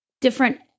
different